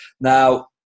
Now